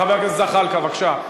חבר הכנסת זחאלקה, בבקשה.